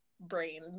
brain